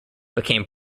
became